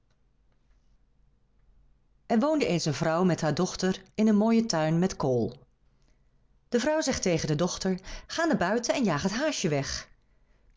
er woonde eens een vrouw met haar dochter in een mooien tuin met kool de vrouw zegt tegen de dochter ga naar buiten en jaag t haasje weg